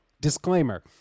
Disclaimer